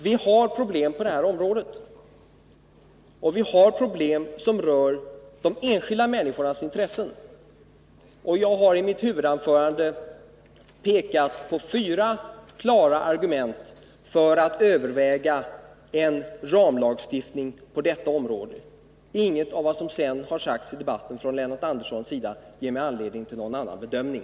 Vi har problem på det här området, och vi har problem som rör de enskilda människornas intressen. Jag har i mitt huvudanförande pekat på fyra klara argument för att överväga en ramlagstiftning om ideella föreningar. Inget av vad som sedan sagts i debatten från Lennart Anderssons sida ger mig anledning till någon annan bedömning.